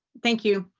thank you.